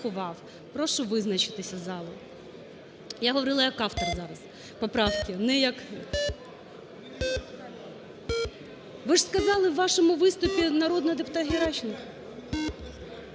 Ви ж сказали у вашому виступі: народний депутат Геращенко.